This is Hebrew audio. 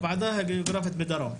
הוועדה הגאוגרפית בדרום,